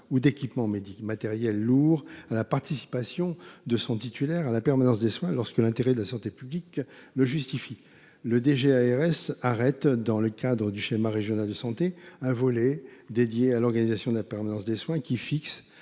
ou d’équipement matériel lourd à la participation de son titulaire à la permanence des soins, lorsque l’intérêt de la santé publique le justifie. Le directeur général de l’ARS arrête, dans le cadre du schéma régional de santé, un volet dédié à l’organisation de la permanence des soins qui fixe